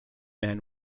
men